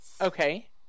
Okay